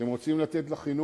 אתם רוצים לתת לחינוך?